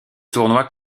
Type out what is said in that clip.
tournoi